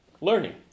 learning